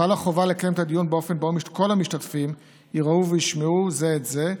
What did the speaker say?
חלה חובה לקיים את הדיון באופן שבו כל המשתתפים יראו וישמעו זה את זה,